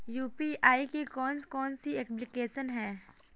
UPI की कौन कौन सी एप्लिकेशन हैं?